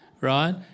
Right